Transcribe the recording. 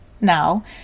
now